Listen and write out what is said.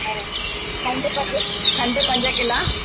ऐं खंडु पंज खंडु पंज किला